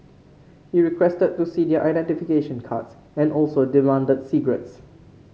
he requested to see their identification cards and also demanded cigarettes